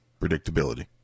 Predictability